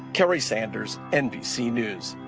kerry sanders, nbc news.